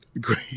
great